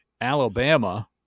Alabama